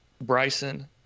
Bryson